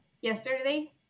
yesterday